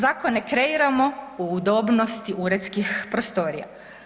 Zakone kreiramo u udobnosti uredskih prostorija.